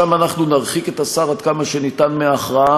שם אנחנו נרחיק את השר עד כמה שאפשר מהכרעה,